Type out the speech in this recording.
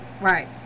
Right